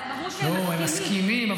הם מסכימים.